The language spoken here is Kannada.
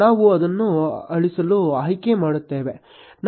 ನಾವು ಅದನ್ನು ಅಳಿಸಲು ಆಯ್ಕೆ ಮಾಡುತ್ತೇವೆ